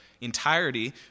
entirety